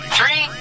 Three